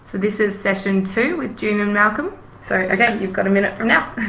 this is session two with june and malcolm so you've got a minute from now.